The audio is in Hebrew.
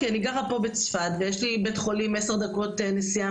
כי אני גרה פה בצפת ויש לי בית חולים עשר דקות נסיעה